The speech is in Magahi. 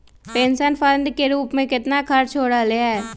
पेंशन फंड के रूप में कितना खर्च हो रहले है?